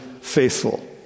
faithful